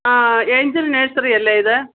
ആ ഏഞ്ചല് നേഴ്സറിയല്ലേ ഇത്